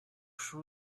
sure